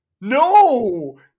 No